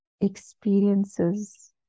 experiences